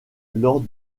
lors